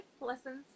lessons